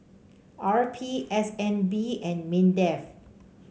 R P S N B and Mindef